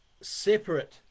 separate